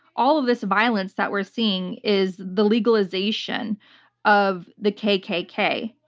all of this violence that we're seeing is the legalization of the kkk.